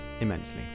immensely